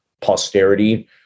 posterity